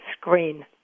screen